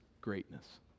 greatness